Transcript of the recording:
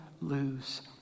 lose